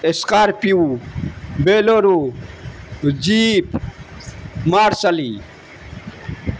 Scorpio Bolero jeep مارشلی